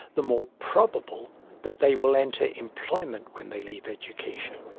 the more probable that they will enter employment when they leave education.